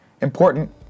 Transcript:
important